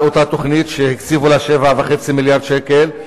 אותה תוכנית שהקציבו לה 7.5 מיליארד ש"ח,